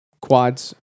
Quads